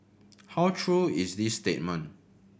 how true is this statement